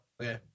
Okay